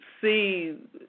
see